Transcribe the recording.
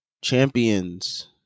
champions